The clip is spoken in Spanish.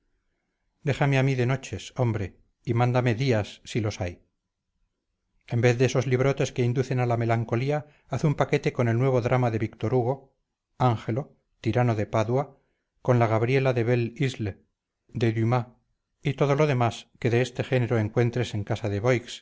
déjame a mí de noches hombre y mándame días si los hay en vez de esos librotes que inducen a la melancolía haz un paquete con el nuevo drama de víctor hugo angelo tirano de padua con la gabriela de belle isle de dumas y todo lo demás que de este género encuentres en casa de boix